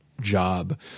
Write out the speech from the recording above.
job